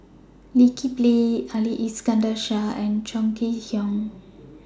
Lee Kip Lee Ali Iskandar Shah and Chong Kee Hiong